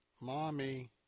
Mommy